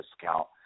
discount